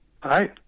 Hi